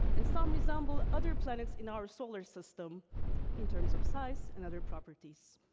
and some resemble other planets in our solar system in terms of size and other properties.